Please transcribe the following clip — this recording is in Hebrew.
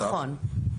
נכון.